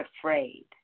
afraid